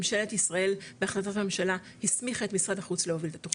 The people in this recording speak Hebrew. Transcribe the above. ממשלת ישראל בהחלטת הממשלה הסמיכה את משרד החוץ להוביל את התוכנית.